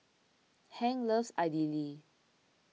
Hank loves Idili